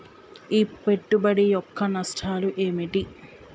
ఈ పెట్టుబడి యొక్క నష్టాలు ఏమిటి?